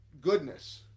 goodness